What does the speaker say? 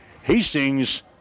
Hastings